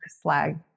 slag